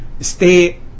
stay